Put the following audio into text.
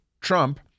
Trump